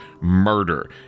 murder